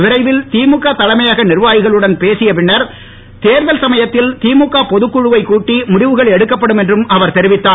விரைவில் திமுக தலைமையக நிர்வாகிகளுடன் பேசிய பின்னர் தேர்தல் சமயத்தில் திமுக பொதுக்குழுவை கூட்டி முடிவுகள் எடுக்கப்படும் என்றும் அவர் தெரிவித்தார்